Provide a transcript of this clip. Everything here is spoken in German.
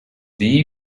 the